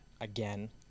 again